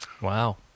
Wow